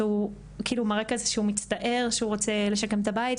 כאילו מראה שהוא מצטער שהוא רוצה לשקם את הבית,